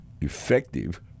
effective